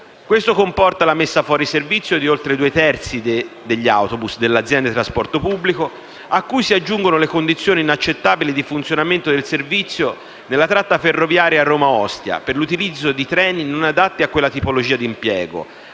Questo comporta la messa fuori servizio di oltre due terzi degli autobus dell'azienda di trasporto pubblico, cui si aggiungono le condizioni inaccettabili di funzionamento del servizio nella tratta ferroviaria Roma-Ostia, per l'utilizzo di treni non adatti a quella tipologia di impiego,